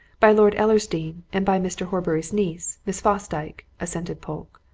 by lord ellersdeane, and by mr. horbury's niece, miss fosdyke, assented polke.